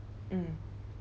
mm